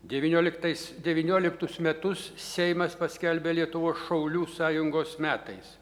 devynioliktais devynioliktus metus seimas paskelbė lietuvos šaulių sąjungos metais